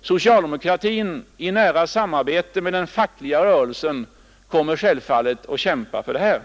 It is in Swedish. Socialdemokratin i nära samarbete med den fackliga rörelsen kommer självfallet att kämpa för detta.